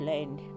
Land